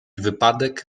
wypadek